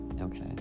okay